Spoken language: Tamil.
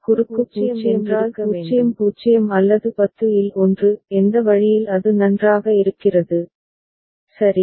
குறுக்கு 0 என்றால் 00 அல்லது 10 இல் ஒன்று எந்த வழியில் அது நன்றாக இருக்கிறது சரி